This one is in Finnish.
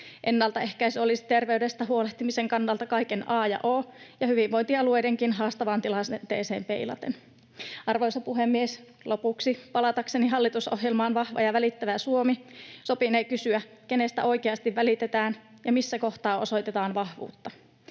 Ennaltaehkäisy olisi terveydestä huolehtimisen kannalta kaiken a ja o ja hyvinvointialueidenkin haastavaan tilanteeseen peilaten. Arvoisa puhemies! Lopuksi: Palatakseni hallitusohjelmaan Vahva ja välittävä Suomi sopinee kysyä, kenestä oikeasti välitetään ja missä kohtaa osoitetaan vahvuutta.